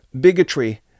bigotry